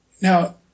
Now